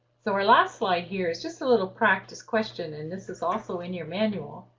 so our last slide here is just a little practice question and this is also in your manual.